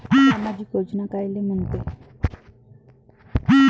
सामाजिक योजना कायले म्हंते?